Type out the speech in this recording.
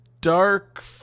dark